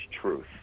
truth